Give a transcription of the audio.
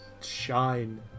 shine